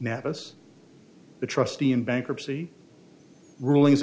nabbous the trustee in bankruptcy rulings